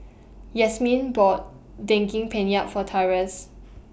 Yasmeen bought Daging Penyet For Tyrus